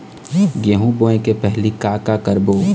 गेहूं बोए के पहेली का का करबो?